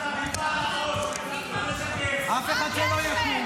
מזכיר שיש לך כיפה על הראש, לא לשקר.